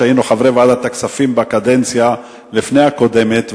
היינו חברי ועדת הכספים בקדנציה שלפני הקודמת,